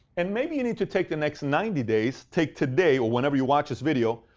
and maybe you need to take the next ninety days, take today, or whenever you watch this video,